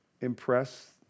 impress